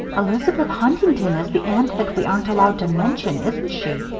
elizabeth huntington is the aunt that we aren't allowed to mention, isn't she?